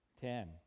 Ten